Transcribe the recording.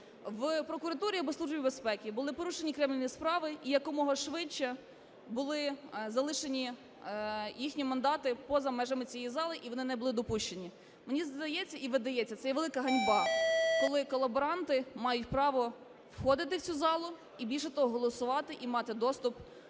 в прокуратурі або Службі безпеки, були порушені кримінальні справи і якомога швидше були залишені їхні мандати поза межами цієї зали і вони не були допущені. Мені здається і видається, це є велика ганьба, коли колаборанти мають право входити в цю залу і, більше того, голосувати, і мати доступ